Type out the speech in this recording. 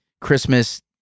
Christmas